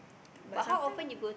but sometime